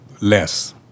less